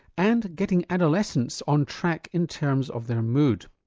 and getting adolescents on track in terms of their mood.